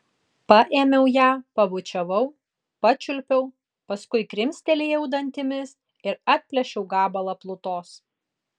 paėmiau ją pabučiavau pačiulpiau paskui krimstelėjau dantimis ir atplėšiau gabalą plutos